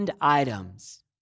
items